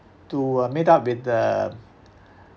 to uh meet up with the